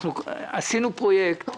עשינו פרויקט,